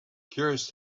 curious